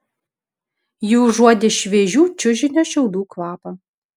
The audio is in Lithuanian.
ji užuodė šviežių čiužinio šiaudų kvapą